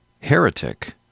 Heretic